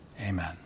amen